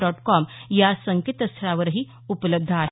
dot com या संकेतस्थळावरही उपलब्ध आहे